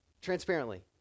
transparently